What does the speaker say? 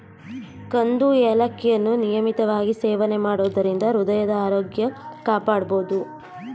ಕಂದು ಏಲಕ್ಕಿಯನ್ನು ನಿಯಮಿತವಾಗಿ ಸೇವನೆ ಮಾಡೋದರಿಂದ ಹೃದಯದ ಆರೋಗ್ಯವನ್ನು ಕಾಪಾಡ್ಬೋದು